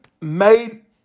made